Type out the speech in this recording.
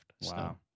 Wow